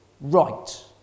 right